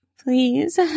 please